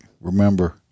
Remember